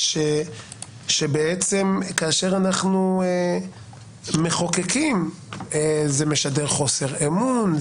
שבעצם כאשר אנחנו מחוקקים זה משדר חוסר אמון,